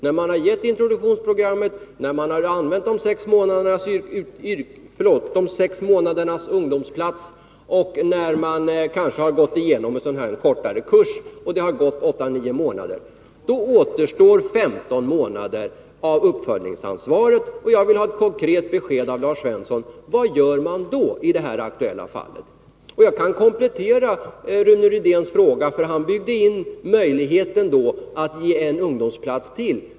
När introduktionsprogrammet givits, när man har använt de sex månadernas ungdomsplats och ungdomen kanske har gått igenom en kortare kurs har det förflutit åtta nio månader. Då återstår femton månader av uppföljningsansvaret. Jag vill ha ett konkret besked av Lars Svensson om vad man då gör i det här aktuella fallet. Jag kan komplettera Rune Rydéns fråga. Han byggde in möjligheten att ge ytterligare en ungdomsplats.